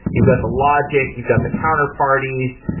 you've got the logic, you've got the counter parties,